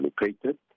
located